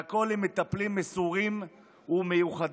והכול עם מטפלים מסורים ומיוחדים.